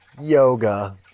Yoga